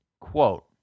quote